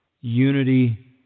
unity